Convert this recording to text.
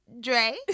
Dre